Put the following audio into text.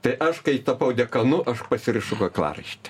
tai aš kai tapau dekanu aš pasirišu kaklaraištį